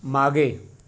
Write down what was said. मागे